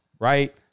Right